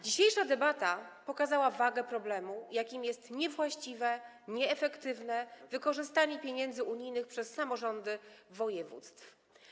Dzisiejsza debata pokazała wagę problemu, jakim jest niewłaściwe, nieefektywne wykorzystanie pieniędzy unijnych przez samorządy województw.